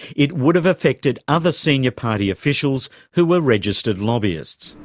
it would have affected other senior party officials who were registered lobbyists.